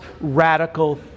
radical